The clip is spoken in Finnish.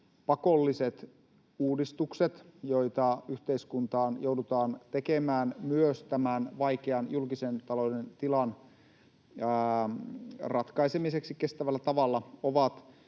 pakolliset uudistukset, joita yhteiskuntaan joudutaan tekemään myös tämän vaikean julkisen talouden tilan ratkaisemiseksi kestävällä tavalla, ovat